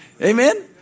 Amen